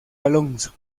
alonso